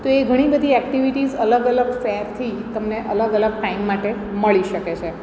તો એ ઘણી બધી એક્ટિવિટીઝ અલગ અલગ ફેરથી તમને અલગ અલગ ટાઈમ માટે મળી શકે છે